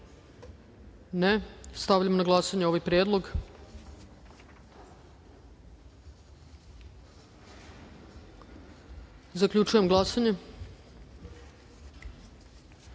(Ne)Stavljam na glasanje ovaj predlog. Zaključujem glasanje: